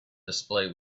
display